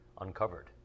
uncovered